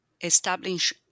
establish